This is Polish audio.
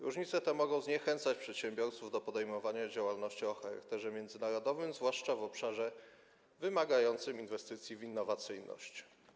Różnice te mogą zniechęcać przedsiębiorców do podejmowania działalności o charakterze międzynarodowym, zwłaszcza w obszarze wymagającym inwestycji w innowacyjność.